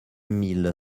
mille